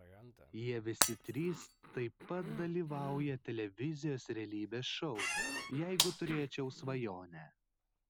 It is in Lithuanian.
jie visi trys taip pat dalyvauja televizijos realybės šou jeigu turėčiau svajonę